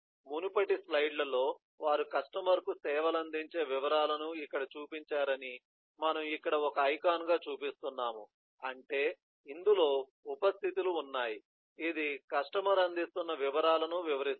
మునుపటి స్లైడ్లలో వారు కస్టమర్కు సేవలందించే వివరాలను ఇక్కడ చూపించారని మనము ఇక్కడ ఒక ఐకాన్గా చూపిస్తున్నాము అంటే ఇందులో ఉప స్థితి లు ఉన్నాయి ఇది కస్టమర్ అందిస్తున్న వివరాలను వివరిస్తుంది